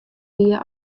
wie